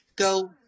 Go